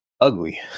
ugly